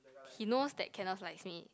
he knows that Kenneth likes me